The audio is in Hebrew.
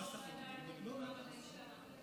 האם אתה תסכים שזה יעבור לוועדה לקידום מעמד האישה?